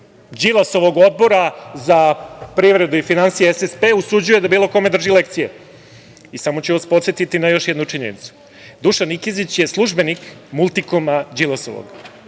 Đilasovog odbora za privredu i finansije SSP usuđuje da bilo kome drži lekcije. Samo ću vas podsetiti na još jednu činjenicu. Dušan Nikezić je službenik „Multikoma“ Đilasovog.